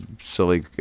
silly